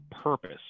purpose